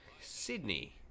Sydney